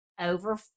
over